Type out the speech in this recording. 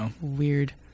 weird